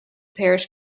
parish